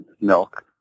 milk